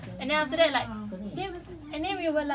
jap eh ada ayah ni apa apa ayah nak ni